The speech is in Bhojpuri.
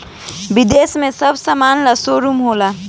विदेश में सब समान ला शोरूम होला